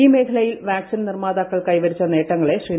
ഈ മേഖലയിൽ വാക്സിൻ നിർമ്മാതാക്കൾ കൈവരിച്ച നേട്ടങ്ങളെ ശ്രീ